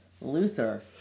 Luther